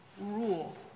rule